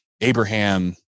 Abraham